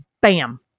bam